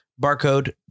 barcode